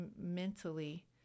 mentally